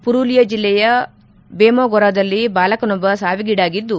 ಪುರುಲಿಯಾ ಜಿಲ್ಲೆಯ ಬೇಮೊಗೋರಾದಲ್ಲಿ ಬಾಲಕನೊಬ್ಲ ಸಾವಿಗೀಡಾಗಿದ್ದು